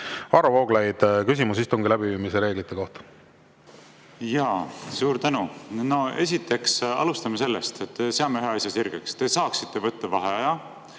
Varro Vooglaid, küsimus istungi läbiviimise reeglite kohta. Suur tänu! Esiteks, alustame sellest, et seame ühe asja sirgeks. Te saaksite võtta vaheaja,